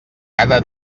cada